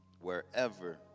wherever